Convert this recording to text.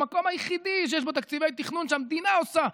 המקום היחידי שיש בו תקציבי תכנון שהמדינה עושה,